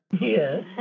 Yes